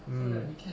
mm